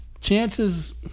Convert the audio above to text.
chances